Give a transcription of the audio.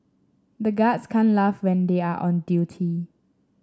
the guards can't laugh when they are on duty